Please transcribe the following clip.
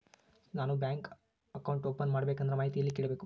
ನಾನು bank account open ಮಾಡಬೇಕಂದ್ರ ಮಾಹಿತಿ ಎಲ್ಲಿ ಕೇಳಬೇಕು?